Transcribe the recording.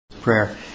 prayer